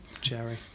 Jerry